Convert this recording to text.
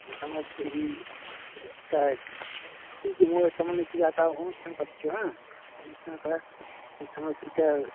দোকানত হেৰি কি মই তাৰমানে কিবা এটা অনুষ্ঠান পাতিছোঁ হাঁ অনুষ্ঠানত এতিয়া